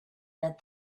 that